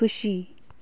खुसी